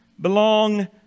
belong